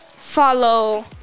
Follow